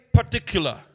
particular